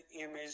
image